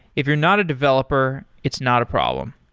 if you're not a developer, it's not a problem.